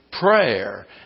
prayer